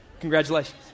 Congratulations